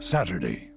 Saturday